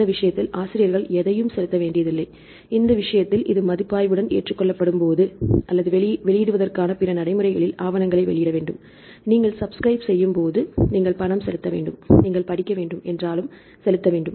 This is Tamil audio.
இந்த விஷயத்தில் ஆசிரியர்கள் எதையும் செலுத்த வேண்டியதில்லை இந்த விஷயத்தில் இது மதிப்பாய்வுடன் ஏற்றுக்கொள்ளப்படும்போது அல்லது வெளியிடுவதற்கான பிற நடைமுறைகளில் ஆவணங்களை வெளியிட வேண்டும்நீங்கள் சப்க்ரைப் செய்யும் போது நீங்கள் பணம் செலுத்த வேண்டும்மேலும் நீங்கள் படிக்க வேண்டும் என்றாலும் செலுத்த வேண்டும்